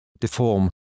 deform